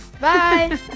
bye